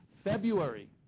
february,